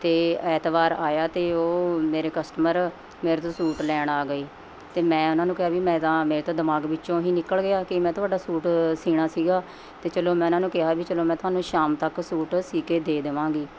ਅਤੇ ਐਤਵਾਰ ਆਇਆ ਅਤੇ ਉਹ ਮੇਰੇ ਕਸਟਮਰ ਮੇਰੇ ਤੋਂ ਸੂਟ ਲੈਣ ਆ ਗਈ ਅਤੇ ਮੈਂ ਉਹਨਾਂ ਨੂੰ ਕਿਹਾ ਵੀ ਮੈਂ ਤਾਂ ਮੇਰੇ ਤਾਂ ਦਿਮਾਗ ਵਿੱਚੋਂ ਹੀ ਨਿਕਲ ਗਿਆ ਕਿ ਮੈਂ ਤੁਹਾਡਾ ਸੂਟ ਸੀਣਾ ਸੀਗਾ ਅਤੇ ਚਲੋ ਮੈਂ ਉਹਨਾਂ ਨੂੰ ਕਿਹਾ ਵੀ ਚਲੋ ਮੈਂ ਤੁਹਾਨੂੰ ਸ਼ਾਮ ਤੱਕ ਸੂਟ ਸੀ ਕੇ ਦੇ ਦੇਵਾਂਗੀ